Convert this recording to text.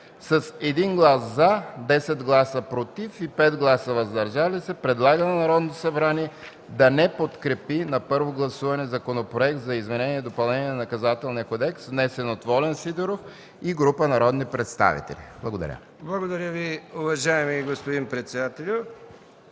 с 1 глас „за”, 10 гласа „против” и 5 гласа „въздържали се” предлага на Народното събрание да не подкрепи на първо гласуване Законопроекта за изменение и допълнение на Наказателния кодекс, внесен от Волен Сидеров и група народни представители.” Благодаря. ПРЕДСЕДАТЕЛ МИХАИЛ МИКОВ: Благодаря Ви, уважаеми господин Кърджалиев.